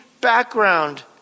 background